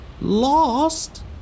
Lost